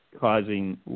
causing